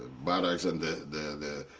barracks and the the